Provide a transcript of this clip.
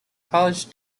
college